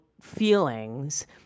feelings